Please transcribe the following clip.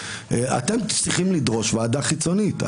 אתם צריכים לדרוש ועדה חיצונית.